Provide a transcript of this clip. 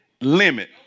limit